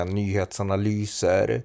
nyhetsanalyser